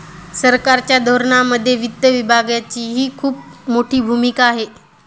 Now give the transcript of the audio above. सरकारच्या धोरणांमध्ये वित्त विभागाचीही खूप मोठी भूमिका आहे